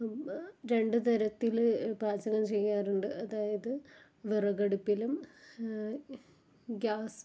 രണ്ടു തരത്തില് പാചകം ചെയ്യാറുണ്ട് അതായത് വിറകടുപ്പിലും ഗ്യാസ്